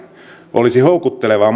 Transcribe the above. olisi houkuttelevaa